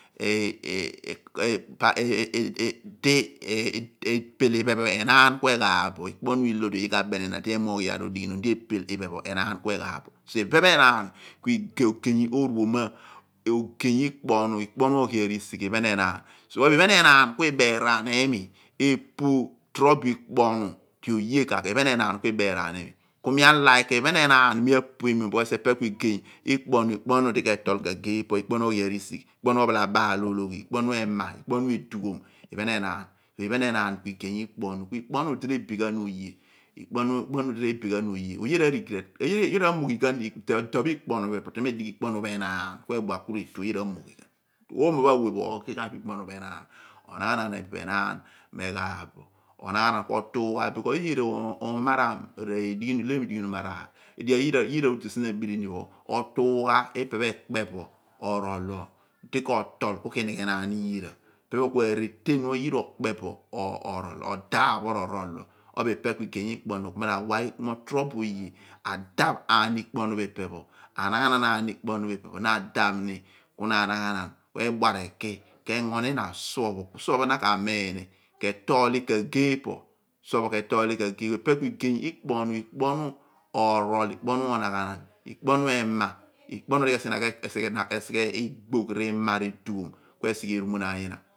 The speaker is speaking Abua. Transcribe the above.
idi epel iphen pho enaan pho ku eghaaph bo ikpo ohnu ilio di oye ka abeni ina oli emoogh maar odighinom di epel iphen pho enaan ku igey ooroma, ogey ikpo ohnu, ikpo ohnu ogho arisigh so iphen enaan ku ibaarun umi epu torobo ikpu ohnu ipe oye ka iphen enaan ku ibearaan limi ku mi a´like iphen enaan mi apuemiom because ipe ku igey ikpo ohnu, ikpo ohnu di ke tol kagee po ikpo ohnu oghi arisigh ikpu ohnu ophalubaal ologhi ikpo onnu ima ikpo ohnu edughom iphen enaan iphen enaan ku igey ikpo ohen ikpu di re|bi ghan oye ikpo ohnu di re|be ghan ido pho ikpo ohnu di me dighi ikpo ohnu enaan ku ebua ku retu oye ra|moghi ghan oomo pho oge ghor bo ikpo ohnu pho enaan onaghanan ipe enaan me ghaaph bo onaghanan ku ootuugh odighi. Iyira umoram r´ehliom edighi nom oliyhaar edighi di yora odi sien aborini pho oohiugha ipe imghenaan iyira ipe pho ku areten pho yira okpe bo nol. Odaph pho r´orol pho ko bo ipe ku igey ikpo ohnu ku mi ra mo torobo oye adaph ikpo ohnu phe ipe pho anaghonan aani ikpo ohnu pho ire pho na adaph ni ku anaghanan ku ebua r´eki kingo ihna suo, suo pho na ka mun ni ke tol ni kagee pu. Ipe bu igey ikpu ohnu, ikpo ohnu orol ikpo ohno onaghanan ikpo ohnu imq. Ikpo ohnu di ke sighe ima r´igey ku esighe eruom naan ngina.